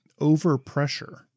overpressure